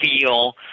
feel